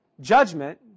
judgment